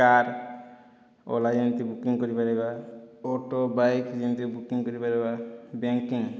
car Ola ଯେମିତି booking କରିପାରିବା auto bike ଯେମିତି ବୁକିଂ କରିପାରିବା ବ୍ୟାଙ୍କିଂ